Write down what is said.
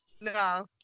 No